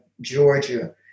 Georgia